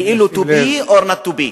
כאילו To be or not to be.